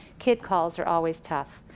kid calls are always tough.